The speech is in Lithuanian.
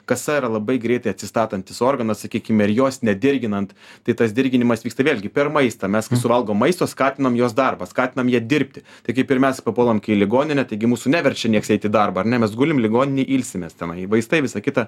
kasa yra labai greitai atsistatantis organas sakykime ir jos nedirginant tai tas dirginimas vyksta vėlgi per maistą mes kai suvalgom maisto skatinam jos darbą skatinam ją dirbti tai kaip ir mes papuolam kai į ligoninę taigi mūsų neverčia nieks eiti į darbą ar ne mes gulim ligoninėj ilsimės tenai vaistai visa kita